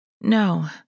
No